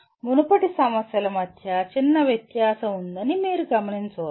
మునుపటి సమస్యల మధ్య చిన్న వ్యత్యాసం ఉందని మీరు గమనించవచ్చు